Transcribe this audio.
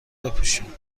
بپوشید